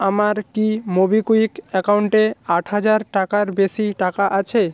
আমার কি মোবিকুইক অ্যাকাউন্টে আট হাজার টাকার বেশি টাকা আছে